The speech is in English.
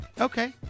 okay